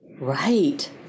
Right